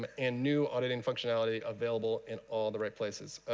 and new auditing functionality available in all the right places.